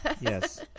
Yes